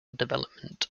development